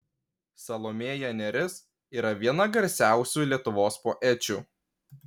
salomėja nėris yra viena garsiausių lietuvos poečių